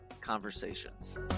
conversations